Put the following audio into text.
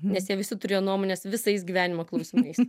nes jie visi turėjo nuomones visais gyvenimo klausimais